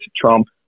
Trump